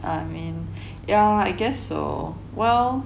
I mean yeah I guess so well